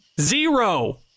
Zero